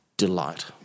delight